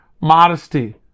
modesty